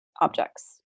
objects